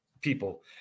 people